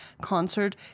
concert